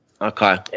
Okay